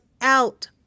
out